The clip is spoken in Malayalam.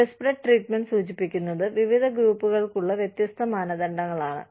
ഡിസ്പെറിറ്റ് ട്രീറ്റ്മൻറ്റ് സൂചിപ്പിക്കുന്നത് വിവിധ ഗ്രൂപ്പുകൾക്കുള്ള വ്യത്യസ്ത മാനദണ്ഡങ്ങളാണ്